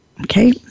Okay